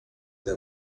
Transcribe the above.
they